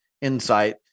insight